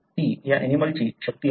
ती या ऍनिमलंची शक्ती आहे